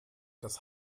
das